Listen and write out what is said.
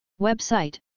Website